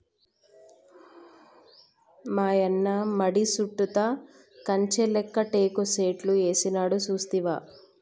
మాయన్న మడి సుట్టుతా కంచె లేక్క టేకు సెట్లు ఏసినాడు సూస్తివా